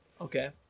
Okay